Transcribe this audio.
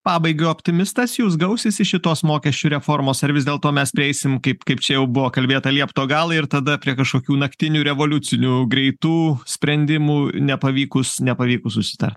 pabaigai optimistas jūs gausis iš šitos mokesčių reformos ar vis dėlto mes prieisim kaip kaip čia jau buvo kalbėta liepto galą ir tada prie kažkokių naktinių revoliucinių greitų sprendimų nepavykus nepavykus susitart